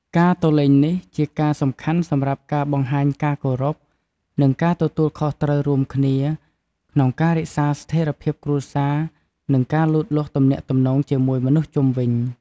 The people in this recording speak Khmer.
ការទៅលេងនេះជាការសំខាន់សម្រាប់ការបង្ហាញការគោរព និងការទទួលខុសត្រូវរួមគ្នា ក្នុងការរក្សាស្ថេរភាពគ្រួសារ និងការលូតលាស់ទំនាក់ ទំនងជាមួយមនុស្សជុំវិញ។